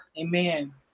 Amen